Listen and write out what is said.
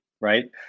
right